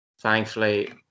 thankfully